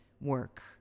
work